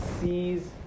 sees